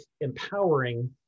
empowering